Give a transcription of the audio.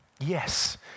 Yes